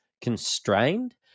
constrained